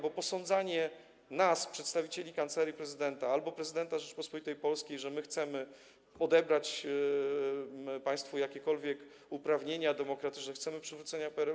Bo posądzanie nas, przedstawicieli Kancelarii Prezydenta albo prezydenta Rzeczypospolitej Polskiej, że chcemy odebrać państwu jakiekolwiek uprawnienia demokratyczne, chcemy przywrócenia PRL-u.